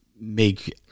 make